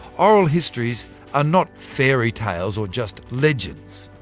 oral histories are not fairy tales or just legends.